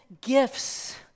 gifts